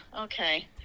okay